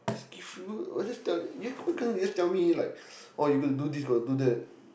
excuse you why can't you just tell me like oh you got to do this got to do that